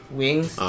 wings